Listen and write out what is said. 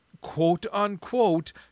quote-unquote